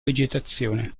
vegetazione